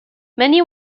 many